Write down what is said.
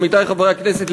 עמיתי חברי הכנסת,